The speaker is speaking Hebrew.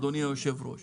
אדוני היושב-ראש.